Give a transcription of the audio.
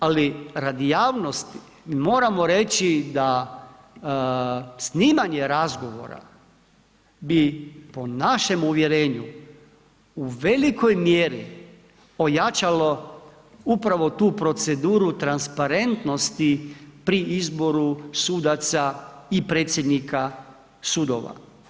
Ali radi javnosti moramo reći da snimanje razgovora bi po našem uvjerenju u velikoj mjeri ojačalo upravo tu proceduru transparentnosti pri izboru sudaca i predsjednika sudova.